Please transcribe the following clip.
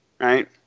right